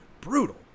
brutal